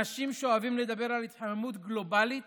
אנשים שאוהבים לדבר על התחממות גלובלית